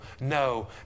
no